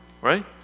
Right